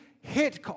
hit